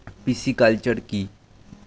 Pisciculture কি?